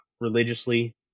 religiously